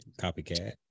Copycat